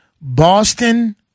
Boston